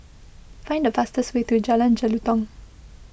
find the fastest way to Jalan Jelutong